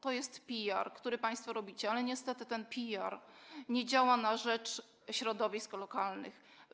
To jest PR, który państwo robicie, ale niestety ten PR nie działa na rzecz środowisk lokalnych.